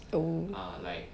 oo